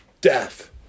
death